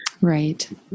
Right